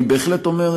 אני בהחלט אומר,